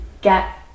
get